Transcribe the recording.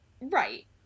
Right